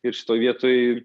ir šitoj vietoj